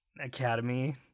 Academy